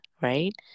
Right